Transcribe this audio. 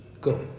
go